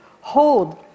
hold